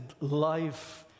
life